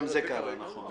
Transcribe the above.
גם זה קרה, נכון.